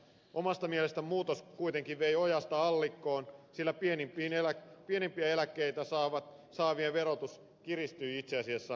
omasta mielestäni muutos kuitenkin vei ojasta allikkoon sillä pienimpiä eläkkeitä saavien verotus kiristyi itse asiassa entisestään